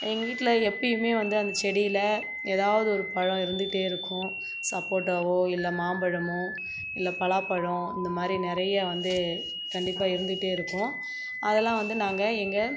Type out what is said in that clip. எங்கள் வீட்டில் எப்பயுமே வந்து அந்த செடியில் எதாவது ஒரு பழம் இருந்துகிட்டே இருக்கும் சப்போட்டாவோ இல்லை மாம்பழமோ இல்ல பலாப்பழம் அந்த மாதிரி நிறைய வந்து கண்டிப்பாக இருந்துகிட்டே இருக்கும் அதலாம் வந்து நாங்கள் எங்கள்